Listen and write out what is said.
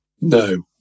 No